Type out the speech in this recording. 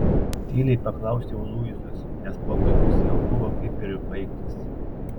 tyliai paklausiau luizos nes pokalbis jau buvo kaip ir baigtas